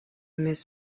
miss